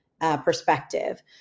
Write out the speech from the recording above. perspective